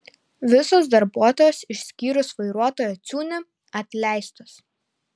visos darbuotojos išskyrus vairuotoją ciūnį atleistos